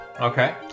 Okay